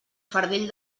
fardell